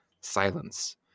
silence